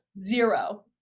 Zero